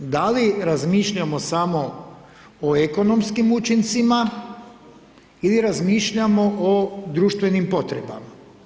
Da li razmišljamo samo o ekonomskim učincima ili razmišljamo o društvenim potrebama?